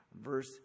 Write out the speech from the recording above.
Verse